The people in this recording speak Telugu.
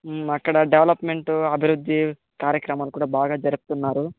అక్కడ డెవలప్మెంటు అభివృద్ది కార్యక్రమాలు కూడా బాగా జరుపుతున్నారు